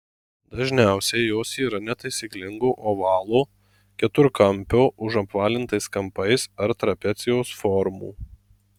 dažniausiai jos yra netaisyklingo ovalo keturkampio užapvalintais kampais ar trapecijos formų